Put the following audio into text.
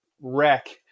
wreck